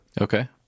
okay